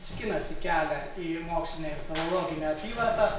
skinasi kelią į mokslinę ir pedagoginę apyvartą